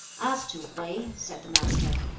as to hwui, said the master,